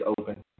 open